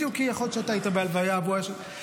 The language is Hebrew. בדיוק כי יכול להיות שאתה היית בהלוויה והוא היה שם.